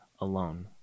alone